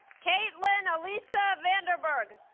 caitlin elisa vanderberg